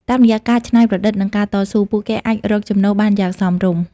តាមរយៈការច្នៃប្រឌិតនិងការតស៊ូ ពួកគេអាចរកចំណូលបានយ៉ាងសមរម្យ។